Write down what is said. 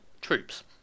troops